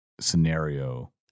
scenario